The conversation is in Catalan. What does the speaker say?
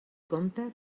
compte